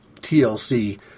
TLC